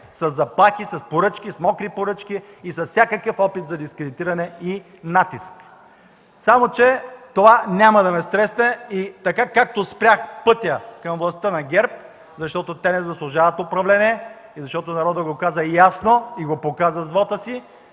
заплахи, с поръчки, с мокри поръчки и с всякакъв опит за дискредитиране и натиск. Само че това няма да ме стресне и така, както спрях пътя към властта на ГЕРБ, защото те не заслужават управление, защото народът го каза ясно и го показа с вота си,